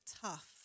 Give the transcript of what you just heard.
tough